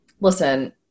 listen